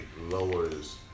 lowers